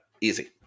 Easy